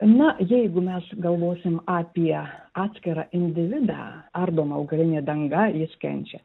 na jeigu mes galvosim apie atskirą individą ardoma augalinė danga iškenčia